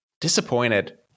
disappointed